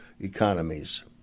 economies